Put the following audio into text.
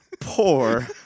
poor